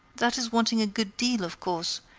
that is wanting a good deal, of course,